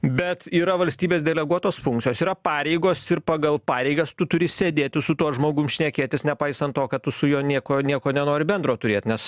bet yra valstybės deleguotos funkcijos yra pareigos ir pagal pareigas tu turi sėdėti su tuo žmogum šnekėtis nepaisant to kad tu su juo nieko nenori bendro turėt nes